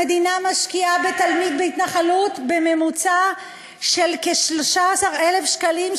המדינה משקיעה בתלמיד בהתנחלות בממוצע כ-13,000 שקלים,